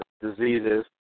diseases